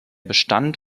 bestand